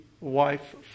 wife